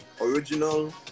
original